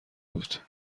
بود